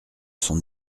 son